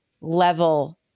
level